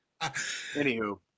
anywho